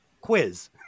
quiz